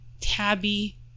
tabby